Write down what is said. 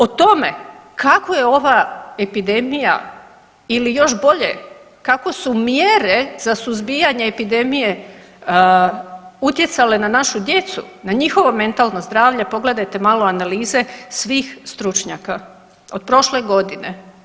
O tome kako je ova epidemija ili još bolje kako su mjere za suzbijanje epidemije utjecale na našu djecu, na njihovo mentalno zdravlje pogledajte malo analize svih stručnjaka od prošle godine.